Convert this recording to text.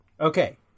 okay